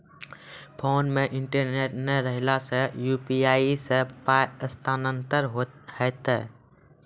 Phone मे internet नै रहला सॅ, यु.पी.आई सॅ पाय स्थानांतरण हेतै?